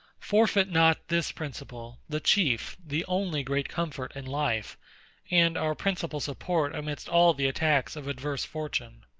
forfeit not this principle, the chief, the only great comfort in life and our principal support amidst all the attacks of adverse fortune.